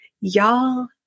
Y'all